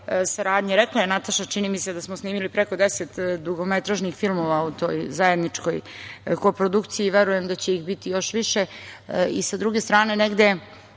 saradnje, rekla je Nataša, čini mi se, da smo snimili preko 10 dugometražnih filmova u toj zajedničkoj kooprodukciji, verujem da će ih biti još više.S